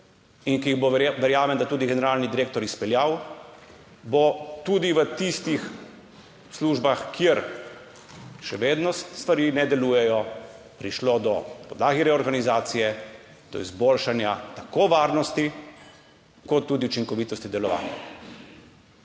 in ki jih bo, verjamem, generalni direktor tudi izpeljal, bo tudi v tistih službah, kjer še vedno stvari ne delujejo, prišlo na podlagi reorganizacije do izboljšanja tako varnosti kot tudi učinkovitosti delovanja.